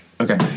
Okay